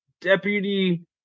deputy